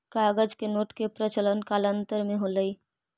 कागज के नोट के प्रचलन कालांतर में होलइ